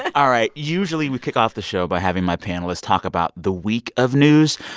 all right. usually, we kick off the show by having my panelists talk about the week of news.